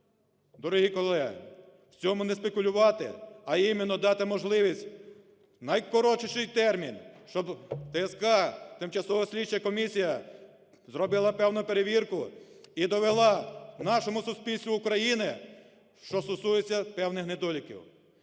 дорогі колеги, в цьому не спекулювати, а іменно дати можливість в найкоротшіший термін, щоб ТСК, тимчасова слідча комісія, зробила певну перевірку і довела нашому суспільству України, що стосується певних недоліків.